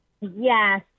yes